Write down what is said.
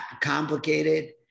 complicated